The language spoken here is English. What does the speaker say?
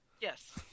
Yes